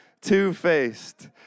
Two-Faced